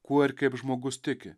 kuo ir kaip žmogus tiki